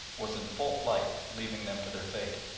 was in full flight leaving them to their fate.